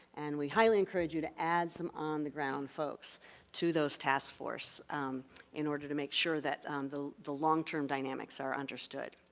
and we highly encourage you to add some on the ground folks to those task force in order to make sure that the the long term dynamics are understood.